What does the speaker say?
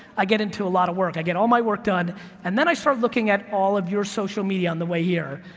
i get into a lot of work, i get all my work done and then i start looking at all of your social media on the way here.